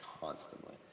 constantly